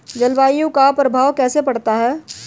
जलवायु का प्रभाव कैसे पड़ता है?